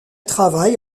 travaille